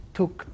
took